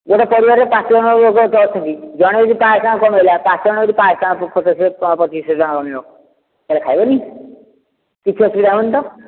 ଗୋଟେ ପରିବାରରେ ପାଞ୍ଚ ଜଣ ଲୋକ ଅଛନ୍ତି ଜଣେ ଯଦି ପାଞ୍ଚ ଶହ ଟଙ୍କା କମାଇଲା ପାଞ୍ଚ ଜଣ ପଚିଶଶହ କମାଇବ ତା'ହେଲେ ଖାଇବନି କିଛି ଅସୁବିଧା ହେବନି ତ